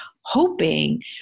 hoping